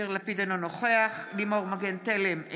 אינו נוכח לימור מגן תלם,